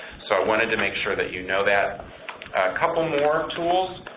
so i wanted to make sure that you know that. a couple more tools,